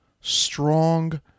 strong